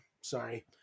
Sorry